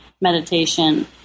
meditation